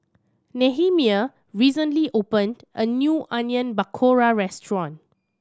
Nehemiah recently opened a new Onion Pakora Restaurant